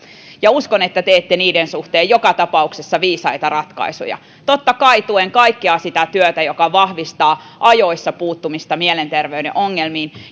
ja uskon että teette niiden suhteen joka tapauksessa viisaita ratkaisuja totta kai tuen kaikkea sitä työtä joka vahvistaa ajoissa puuttumista mielenterveyden ongelmiin